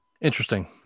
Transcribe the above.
Interesting